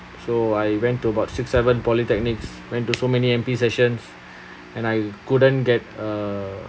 so I went to about six seven polytechnics went to so many N_P sessions and I couldn't get uh